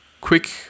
quick